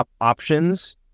options